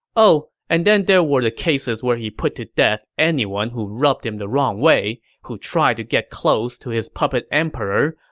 oh, and then there were the cases where he put to death anyone who rubbed him the wrong way, who tried to get close to his puppet emperor,